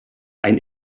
ein